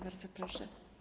Bardzo proszę.